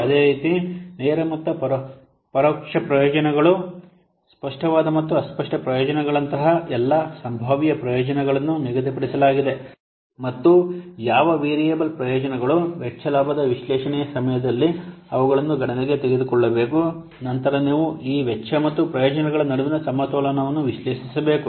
ಅದೇ ರೀತಿ ನೇರ ಮತ್ತು ಪರೋಕ್ಷ ಪ್ರಯೋಜನಗಳು ಸ್ಪಷ್ಟವಾದ ಮತ್ತು ಅಸ್ಪಷ್ಟ ಪ್ರಯೋಜನಗಳಂತಹ ಎಲ್ಲಾ ಸಂಭಾವ್ಯ ಪ್ರಯೋಜನಗಳನ್ನು ನಿಗದಿಪಡಿಸಲಾಗಿದೆ ಮತ್ತು ಯಾವ ವೇರಿಯಬಲ್ ಪ್ರಯೋಜನಗಳು ವೆಚ್ಚ ಲಾಭದ ವಿಶ್ಲೇಷಣೆಯ ಸಮಯದಲ್ಲಿ ಅವುಗಳನ್ನು ಗಣನೆಗೆ ತೆಗೆದುಕೊಳ್ಳಬೇಕು ನಂತರ ನೀವು ಈ ವೆಚ್ಚ ಮತ್ತು ಪ್ರಯೋಜನಗಳ ನಡುವಿನ ಸಮತೋಲನವನ್ನು ವಿಶ್ಲೇಷಿಸಬೇಕು